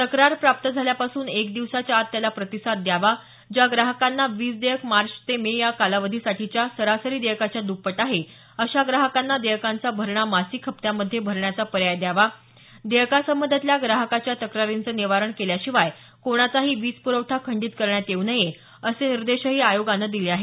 तक्रार प्राप्त झाल्यापासून एक दिवसाच्या आत त्याला प्रतिसाद द्यावा ज्या ग्राहकांना वीज देयक मार्च ते मे या कालावधीसाठीच्या सरासरी देयकाच्या दप्पट आहे अशा ग्राहकांना देयकांचा भरणा मासिक हप्त्यांमध्ये भरण्याचा पर्याय द्यावा देयकासंबंधातल्या ग्राहकाच्या तक्रारींचं निवारण केल्याशिवाय कोणाचाही वीज प्रवठा खंडीत करण्यात येऊ नये असे निर्देशही आयोगानं दिले आहेत